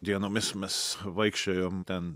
dienomis mes vaikščiojom ten